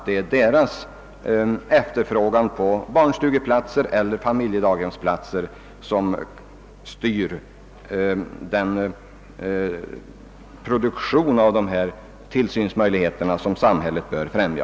Det är deras efterfrågan på barnstugeplatser eller familjedaghemsplatser som skall styra den produktion av dessa tillsynsmöjligheter som samhället bör främja.